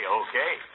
okay